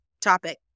topic